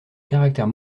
caractère